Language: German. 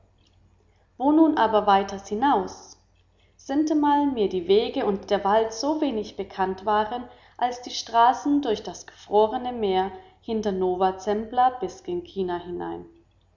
wo nun aber weiters hinaus sintemal mir die wege und der wald so wenig bekannt waren als die straße durch das gefrorne meer hinter nova zembla bis gen china hinein